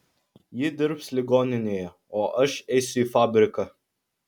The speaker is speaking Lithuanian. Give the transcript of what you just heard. ji dirbs ligoninėje o aš eisiu į fabriką